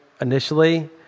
initially